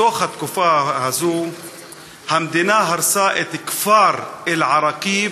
בתקופה הזאת המדינה הרסה את הכפר אל-עראקיב